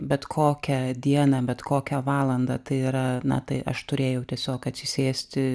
bet kokią dieną bet kokią valandą tai yra na tai aš turėjau tiesiog atsisėsti